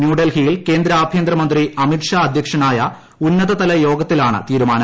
ന്യൂഡൽഹിയിൽ കേന്ദ്ര ആഭ്യന്തരമന്ത്രി അമിത് ഷാ അധ്യക്ഷനായ ഉന്നതതല യോഗത്തിലാണ് തീരൂമാൻ